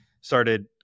started